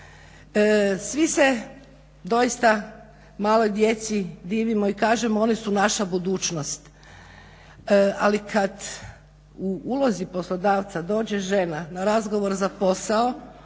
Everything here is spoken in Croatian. Svi se doista maloj djeci divimo i kažemo oni su naša budućnost. Ali kad u ulozi poslodavca dođe žena na razgovor za posao